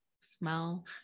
smell